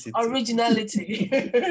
Originality